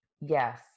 Yes